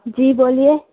جی بولیے